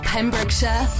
Pembrokeshire